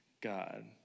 God